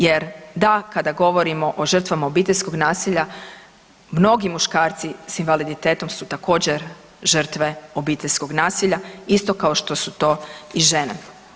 Jer da kada govorimo o žrtvama obiteljskog nasilja, mnogi muškarci s invaliditetom su također žrtve obiteljskog nasilja isto kao što su to i žene.